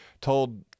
told